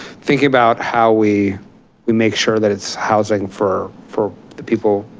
thinking about how we we make sure that its housing for for the people,